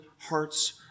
hearts